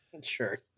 Sure